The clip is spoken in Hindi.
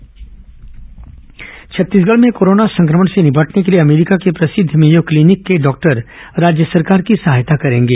कोरोना अमेरिका सहयोग छत्तीसगढ़ में कोरोना संक्रमण से निपटने के लिए अमेरिका के प्रसिध्द मेयो क्लीनिक के डॉक्टर राज्य सरकार की सहायता करेंगे